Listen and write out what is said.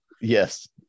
Yes